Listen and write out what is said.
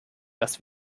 was